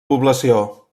població